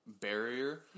barrier